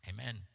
Amen